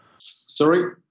Sorry